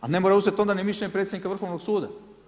A ne mora uzet onda ni mišljenje predsjednika Vrhovnog suda.